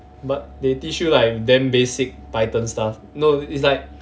but they teach you like damn basic python stuff no it's like